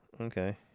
Okay